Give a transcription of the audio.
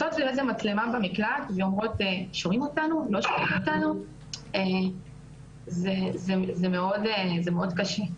מהמקום הזה היא קצת איזה שהוא המשך ישיר לדבר,